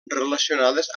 relacionades